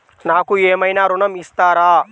నాకు ఏమైనా ఋణం ఇస్తారా?